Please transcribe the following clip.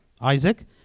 Isaac